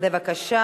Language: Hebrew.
בבקשה.